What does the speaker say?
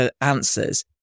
answers